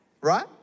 right